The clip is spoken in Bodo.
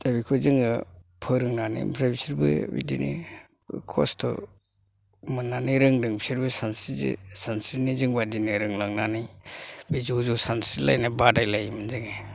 दा बेखौ जोङो फोरोंनानै ओमफ्राय बिसोरबो बिदिनो खस्थ' मोननानै रोंदों बिसोरबो सानस्रि सानस्रिनो जोंबायदिनो रोंलांनानै बे ज' ज' सानस्रिलायनाय बादायलायोमोन जोङो